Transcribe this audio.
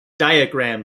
diagram